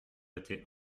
était